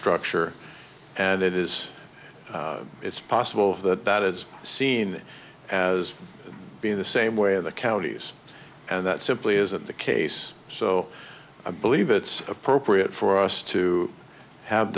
structure and it is it's possible that that is seen as being the same way in the counties and that simply isn't the case so i believe it's appropriate for us to have